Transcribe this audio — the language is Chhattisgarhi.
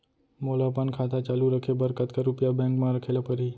मोला अपन खाता चालू रखे बर कतका रुपिया बैंक म रखे ला परही?